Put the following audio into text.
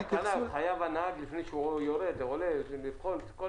לפי התקנה חייב הנהג לפני שהוא יורד או עולה לבדוק את כל